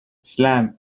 slam